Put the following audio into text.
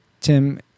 Tim